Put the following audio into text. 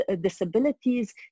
disabilities